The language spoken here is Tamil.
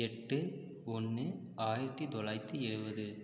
எட்டு ஒன்று ஆயிரத்தி தொள்ளாயிரத்தி எழுபது